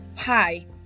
Hi